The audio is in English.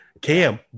Cam